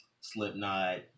Slipknot